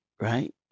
right